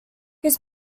his